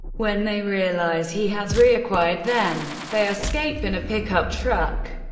when they realize he has reacquired them, they escape in a pickup truck.